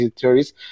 theories